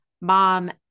mom